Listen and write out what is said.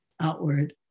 outward